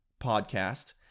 podcast